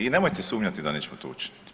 I nemojte sumnjati da nećemo to učiniti.